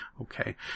Okay